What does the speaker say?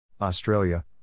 Australia